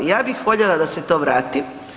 Ja bih voljela da se to vrati.